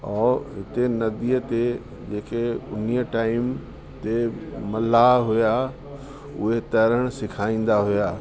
ऐं हिते नदीअ ते जेके उन्हीअ टाइम ते मला हुआ उए तरण सेखारींदा हुआ